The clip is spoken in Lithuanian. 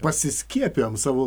pasiskiepijom savo